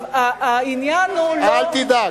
אל תדאג,